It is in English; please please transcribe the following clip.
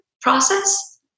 process